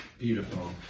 Beautiful